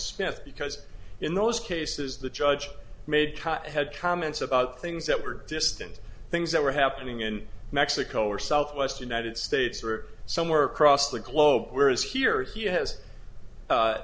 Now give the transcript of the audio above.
speth because in those cases the judge made had comments about things that were distant things that were happening in mexico or southwest united states or somewhere across the globe whereas here he has